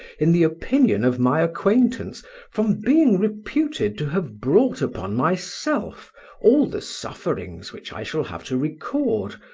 in the opinion of my acquaintance from being reputed to have brought upon myself all the sufferings which i shall have to record,